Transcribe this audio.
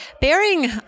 bearing